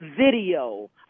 video